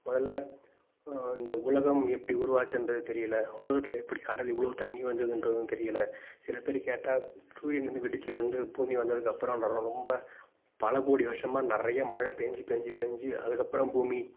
முதல்ல இந்த உலகம் எப்படி உருவாச்சுன்றது தெரியலை உலகத்தில் எப்படி கடல் இவ்வளோ தண்ணி வந்ததுன்றதும் தெரியலை சில பேர் கேட்டால் சூரியன்லேருந்து வெடித்து வந்து பூமி வந்ததுக்கு அப்புறம் ரொ ரொ ரொம்ப பலக்கோடி வருஷமா நிறைய மழை பெஞ்சி பெஞ்சி பெஞ்சி அதுக்கு அப்புறம் பூமி